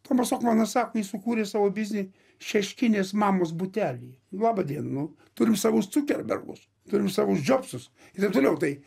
tomas okmanas sako jis sukūrė savo biznį šeškinės mamos butelyje laba diena nu turim savus cukerbergus turim savus džobsus ir taip toliau tai